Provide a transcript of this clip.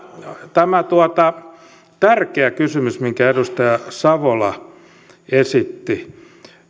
tämä oli tärkeä kysymys minkä edustaja savola esitti